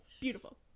Beautiful